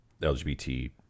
LGBT